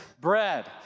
bread